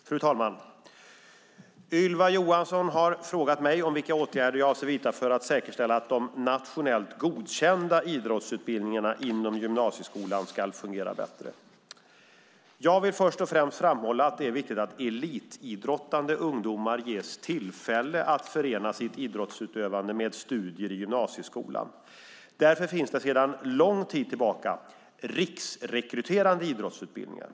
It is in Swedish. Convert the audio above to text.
Fru talman! Ylva Johansson har frågat mig om vilka åtgärder jag avser att vidta för att säkerställa att de nationellt godkända idrottsutbildningarna inom gymnasieskolan ska fungera bättre. Jag vill först och främst framhålla att det är viktigt att elitidrottande ungdomar ges tillfälle att förena sitt idrottsutövande med studier i gymnasieskolan. Därför finns det sedan lång tid tillbaka riksrekryterande idrottsutbildningar.